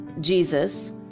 Jesus